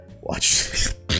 watch